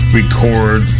record